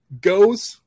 goes